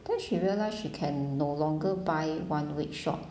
then she realised she can no longer buy one week shot